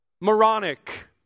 Moronic